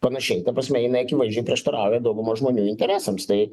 panašiai ta prasme jinai akivaizdžiai prieštarauja daugumos žmonių interesams tai